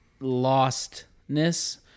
lostness